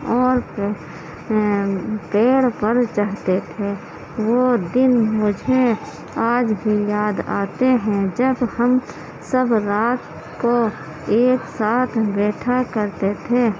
اور پیڑ پر چڑھتے تھے وہ دن مجھے آج بھی یاد آتے ہیں جب ہم سب رات کو ایک ساتھ بیٹھا کرتے تھے